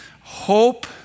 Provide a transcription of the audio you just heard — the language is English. hope